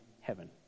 heaven